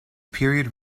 period